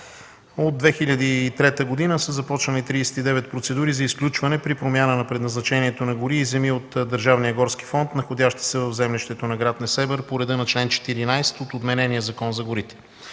от 2003 г. са започнали 39 процедури за изключване при промяна на предназначението на гори и земи от Държавния горски фонд, находящи се в землището на гр. Несебър по реда на чл. 14 от отменения Закон за горите.